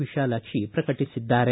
ವಿಶಾಲಾಕ್ಷಿ ಪ್ರಕಟಿಸಿದ್ದಾರೆ